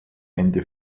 ende